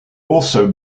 also